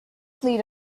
fleet